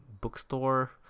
bookstore